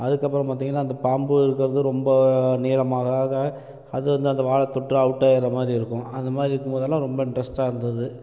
அதுக்கப்புறம் பார்த்திங்கன்னா அந்த பாம்பு இருக்கிறது ரொம்ப நீளமாக ஆக அது வந்து அந்த வாலைத்தொட்டா அவுட்டாகிர்ர மாதிரி இருக்கும் அதுமாதிரி இருக்கும் போதெல்லாம் ரொம்ப இன்ட்ரஸ்ட்டாக இருந்துது